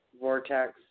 vortex